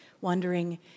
wondering